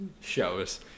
shows